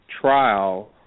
trial